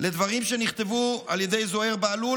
לדברים שנכתבו על ידי זוהיר בהלול,